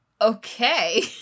Okay